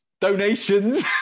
donations